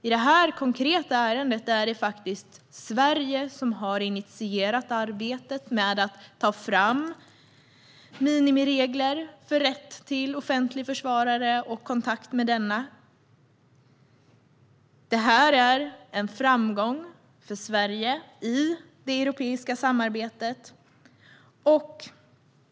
I detta konkreta ärende är det faktiskt Sverige som har initierat arbetet med att ta fram minimiregler för rätt till offentlig försvarare och kontakt med denna. Detta är en framgång för Sverige i det europeiska samarbetet.